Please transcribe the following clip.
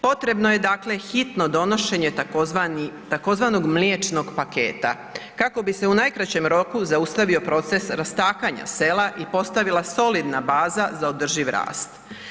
Potrebno je dakle hitno donošenje tzv. mliječnog paketa kako bi se u najkraćem roku zaustavio proces rastakanja sela i postavila solidna baza za održiv rast.